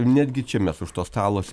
netgi čia mes už to stalo